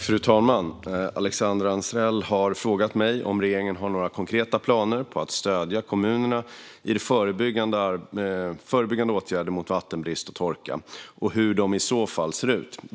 Fru talman! har frågat mig om regeringen har några konkreta planer på att stödja kommunerna i de förebyggande åtgärderna mot vattenbrist och torka och hur planerna i så fall ser ut.